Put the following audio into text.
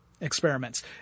experiments